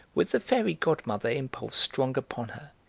with the fairy godmother impulse strong upon her,